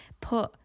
put